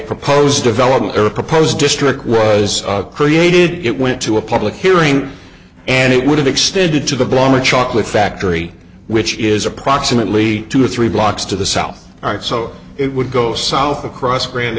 proposed development or a proposed district was created it went to a public hearing and it would have extended to the blong a chocolate factory which is approximately two or three blocks to the south all right so it would go south across grand